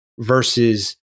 versus